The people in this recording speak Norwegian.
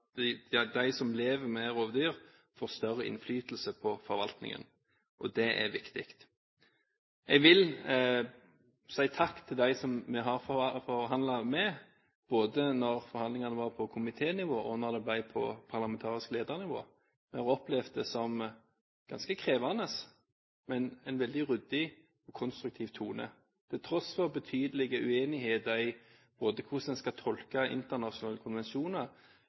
de som lever med rovdyr, får større innflytelse på forvaltningen. Det er viktig. Jeg vil si takk til dem vi har forhandlet med, både da forhandlingene var på komiténivå, og da de var på parlamentarisk leder-nivå. Vi har opplevd dem som ganske krevende, men veldig ryddige og konstruktive. Til tross for betydelig uenighet med hensyn til hvordan en skal tolke internasjonale konvensjoner,